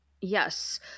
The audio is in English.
Yes